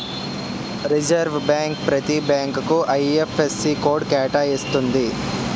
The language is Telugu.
రిజర్వ్ బ్యాంక్ ప్రతి బ్యాంకుకు ఐ.ఎఫ్.ఎస్.సి కోడ్ కేటాయిస్తుంది